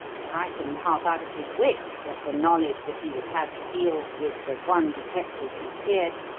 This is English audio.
frightened half out of his wits at the knowledge that he would have to deal with the one detective he feared,